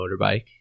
motorbike